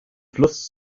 fluss